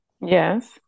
Yes